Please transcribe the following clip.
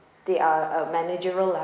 they are um managerial